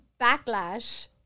backlash